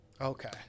Okay